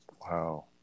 Wow